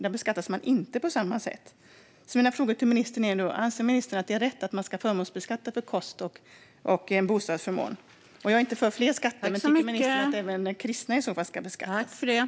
Där beskattas man inte på samma sätt. Mina frågor till ministern är: Anser ministern att det är rätt att förmånsbeskatta för kost och bostadsförmån? Jag är inte för fler skatter, men tycker ministern att även kristna i så fall ska beskattas?